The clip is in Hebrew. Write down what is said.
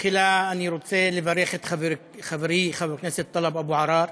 תחילה אני רוצה לברך את חברי חבר הכנסת טלב אבו עראר